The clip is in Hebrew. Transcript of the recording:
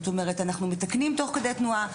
אנחנו מתקנים תוך כדי תנועה,